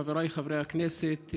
חבריי חברי הכנסת,